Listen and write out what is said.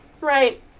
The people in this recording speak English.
Right